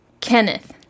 Kenneth